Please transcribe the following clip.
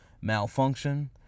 malfunction